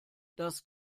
das